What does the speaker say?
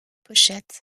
pochettes